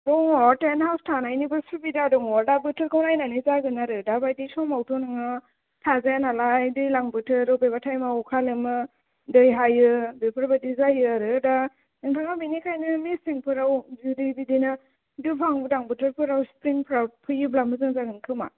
दङ tent house थानायनिबो सुबिदा दङ दा बोथोरखौ नायनानै जागोन आरो दा बायदि समावथ' नोङो थाजाया नालाय दैज्लां बोथोर बबेबा टाइमआव अखा लोमो दै हायो बेफोरबायदि जायो आरो दा नोथाङा बेनिखायनो मेसेंफोराव जुदि बिदिनो गोजां बोथोरफोराव स्प्रिंफोराव फैयोब्ला मोजां जागोन खोमा